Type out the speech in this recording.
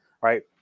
Right